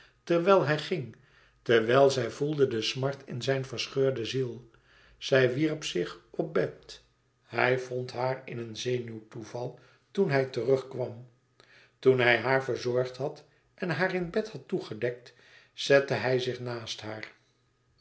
terwijl hij ging terwijl zij voelde de smart in zijn verscheurde ziel zij wierp zich opbed hij vond haar in een zenuwtoeval toen hij terugkwam toen hij haar verzorgd had en in bed had toegedekt zette hij zich naast haar